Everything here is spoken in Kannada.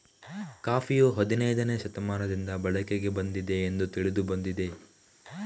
ಕಾಫಿಯು ಹದಿನೈದನೇ ಶತಮಾನದಿಂದ ಬಳಕೆಗೆ ಬಂದಿದೆ ಎಂದು ತಿಳಿದು ಬಂದಿದೆ